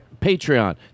Patreon